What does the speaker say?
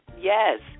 yes